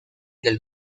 del